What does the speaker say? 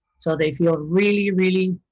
so they feel really, really